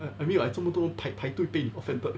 I mean like 这么多排排队被你 offended